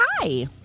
Hi